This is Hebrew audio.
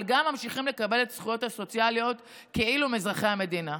אבל גם ממשיכים לקבל את הזכויות הסוציאליות כאילו הם אזרחי המדינה?